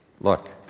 Look